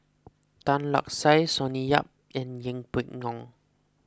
Tan Lark Sye Sonny Yap and Yeng Pway Ngon